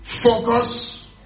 Focus